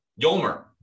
Yolmer